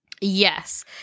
Yes